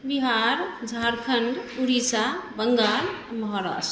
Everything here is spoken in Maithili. बिहार झारखण्ड उड़ीसा बङ्गाल महाराष्ट्र